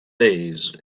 days